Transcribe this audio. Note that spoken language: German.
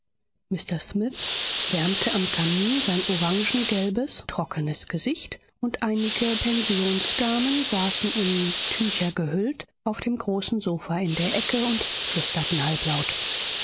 mr smith wärmte am kamin sein orangengelbes trockenes gesicht und einige pensionsdamen saßen in tücher gehüllt auf dem großen sofa in der ecke und flüsterten halblaut